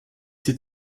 sie